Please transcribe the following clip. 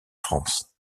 france